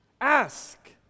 ask